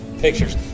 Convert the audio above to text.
pictures